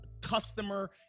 customer